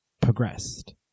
progressed